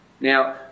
Now